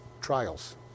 trials